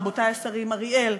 רבותי השרים אריאל,